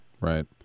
Right